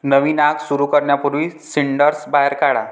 नवीन आग सुरू करण्यापूर्वी सिंडर्स बाहेर काढा